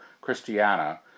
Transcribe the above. Christiana